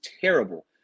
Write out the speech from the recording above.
terrible